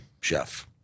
chef